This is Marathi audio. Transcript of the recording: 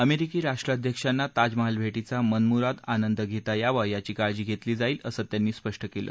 अमेरिकी राष्ट्राध्यक्षांना ताज महाल भेटीचा मनमुराद आंनद घेता यावा याची काळजी घेतली जाईल असं त्यांनी स्पष्ट केलं